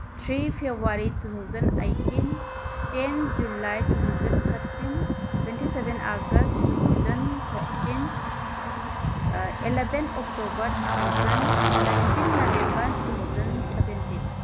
three February two thousand eighteen ten July two thousand thirteen twenty seven August two thousand thirteen eleven October two thousand nineteen November two thousand seventeen